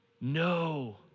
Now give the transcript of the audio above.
No